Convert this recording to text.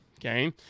Okay